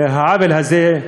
והעוול הזה,